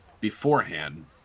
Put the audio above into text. beforehand